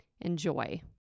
Enjoy